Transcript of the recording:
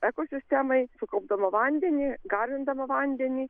ekosistemai sukaupdama vandenį garindama vandenį